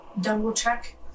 double-check